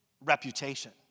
reputation